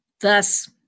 Thus